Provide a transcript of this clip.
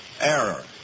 error